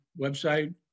website